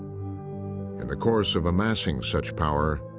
in the course of amassing such power,